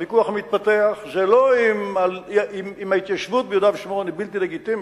הוויכוח המתפתח זה לא אם ההתיישבות ביהודה ושומרון היא בלתי לגיטימית,